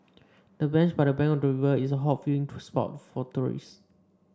the bench by the bank of the river is a hot viewing spot for tourists